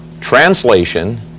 translation